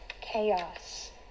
chaos